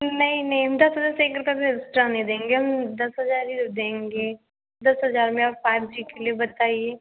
नहीं नहीं हम दस हजार से एक रुपये भी एक्स्ट्रा नहीं देंगे हम दस हजार ही तो देंगे दस हजार में आप पाँच जी के लिए बताइए